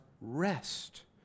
rest